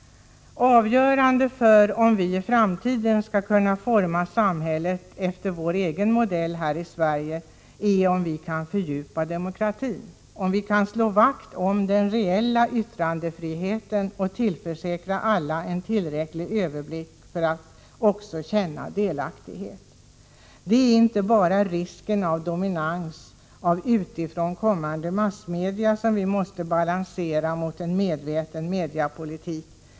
Avgörande för om vi i framtiden skall kunna forma samhället efter vår egen modell här i Sverige är om vi kan fördjupa demokratin, om vi kan slå vakt om den reella yttrandefriheten och tillförsäkra alla en tillräcklig 83 överblick så att de kan känna delaktighet i detta arbete. Det är inte bara risken för dominans av utifrån kommande massmedia som då måste balanseras med en medveten mediapolitik.